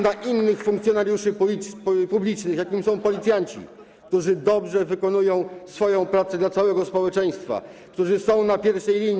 ataku na innych funkcjonariuszy publicznych, jakimi są policjanci, którzy dobrze wykonują swoją pracę dla całego społeczeństwa, którzy są na pierwszej linii.